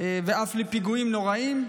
ואף לפיגועים נוראים.